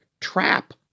trap